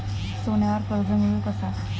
सोन्यावर कर्ज मिळवू कसा?